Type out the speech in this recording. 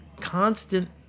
constant